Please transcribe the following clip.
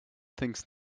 thinks